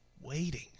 waiting